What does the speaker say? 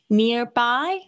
nearby